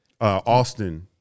Austin